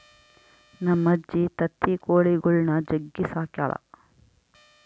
ನಮ್ಮಜ್ಜಿ ತತ್ತಿ ಕೊಳಿಗುಳ್ನ ಜಗ್ಗಿ ಸಾಕ್ಯಳ